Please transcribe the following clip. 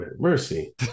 mercy